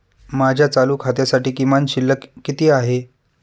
माझ्या चालू खात्यासाठी किमान शिल्लक किती आहे?